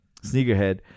Sneakerhead